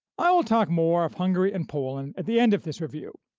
i will talk more of hungary and poland at the end of this review,